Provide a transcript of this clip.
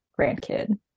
grandkid